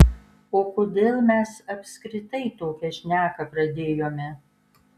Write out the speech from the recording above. o kodėl mes apskritai tokią šneką pradėjome